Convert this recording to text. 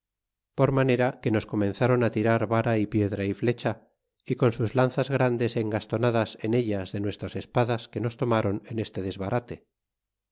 por manera que nos comenzaron á tirar vay a y piedra y flecha y con sus lanzas grandes engastonadas en ellas de nuestras espadas que nos tomaron en este desbarate